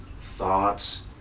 thoughts